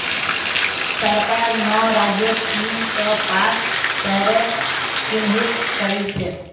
सरकार नौ राज्यत तीन सौ पांच शहरक चिह्नित करिल छे